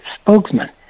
spokesman